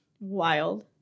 wild